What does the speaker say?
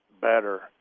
better